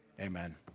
Amen